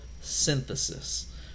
synthesis